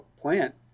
plant